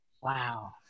Wow